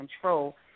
control